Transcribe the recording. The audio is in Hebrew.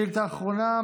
שאילתה אחרונה,